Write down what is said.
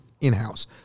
in-house